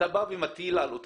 אתה בא ומטיל על אותו